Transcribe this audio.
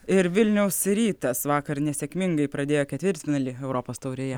ir vilniaus rytas vakar nesėkmingai pradėjo ketvirtfinalį europos taurėje